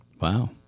Wow